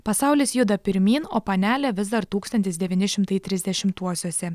pasaulis juda pirmyn o panelė vis dar tūkstantis devyni šimtai trisdešimtuosiuose